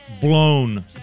Blown